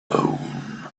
alone